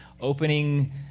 opening